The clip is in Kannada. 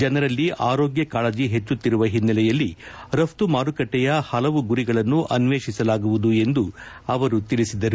ಜನರಲ್ಲಿ ಆರೋಗ್ವ ಕಾಳಜಿ ಹೆಚ್ಚುತ್ತಿರುವ ಹಿನ್ನೆಲೆಯಲ್ಲಿ ರಘ್ತ ಮಾರುಕಟ್ಲೆಯ ಪಲವು ಗುರಿಗಳನ್ನು ಅನ್ನೇಷಿಸಲಾಗುವುದು ಎಂದು ಸಚಿವರು ತಿಳಿಸಿದರು